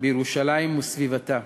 בירושלים וסביבתה.